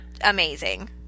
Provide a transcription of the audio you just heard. amazing